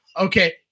Okay